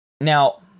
now